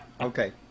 Okay